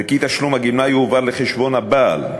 וכי תשלום הגמלה יועבר לחשבון הבעל.